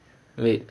wait